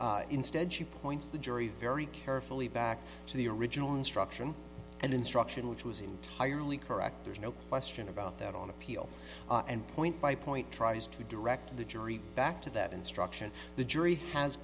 these instead she points to the jury very carefully back to the original instruction and instruction which was entirely correct there's no question about that on appeal and point by point tries to direct the jury back to that instruction the jury has